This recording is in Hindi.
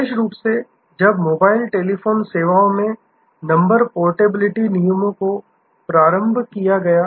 विशेष रूप से जब मोबाइल टेलीफोन सेवाओं में नंबर पोर्टेबिलिटी नियमों को प्रारंभ किया गया है